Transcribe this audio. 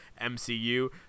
MCU